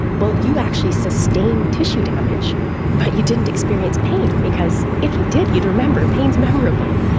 well, you actually sustained tissue damage but you didn't experience pain because if you did you'd remember. pain is memorable.